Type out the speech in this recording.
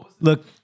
look